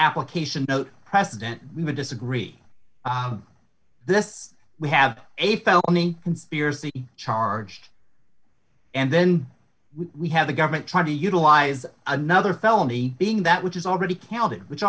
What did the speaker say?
application president we would disagree this we have a felony conspiracy charged and then we have the government trying to utilize another felony being that which is already counted which